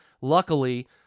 Luckily